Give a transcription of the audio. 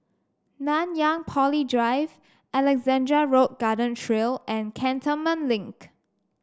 Nanyang Poly Drive Alexandra Road Garden Trail and Cantonment Link